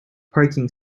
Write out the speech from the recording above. parking